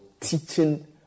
teaching